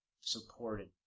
supported